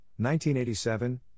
1987